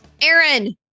Aaron